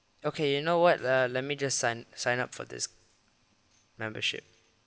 okay you know what uh let me just sign sign up for this membership